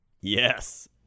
Yes